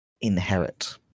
inherit